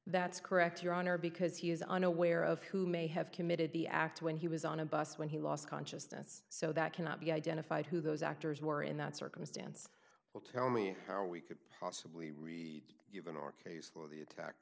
that's correct your honor because he is unaware of who may have committed the act when he was on a bus when he lost consciousness so that cannot be identified who those actors were in that circumstance well tell me how we could possibly read even our case for the attack